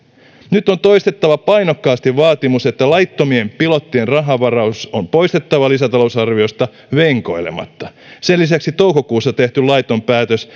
nyt on toistettava painokkaasti vaatimus että laittomien pilottien rahavaraus on poistettava lisätalousarviosta venkoilematta sen lisäksi toukokuussa tehty laiton päätös